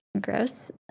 Gross